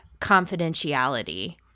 confidentiality